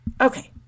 Okay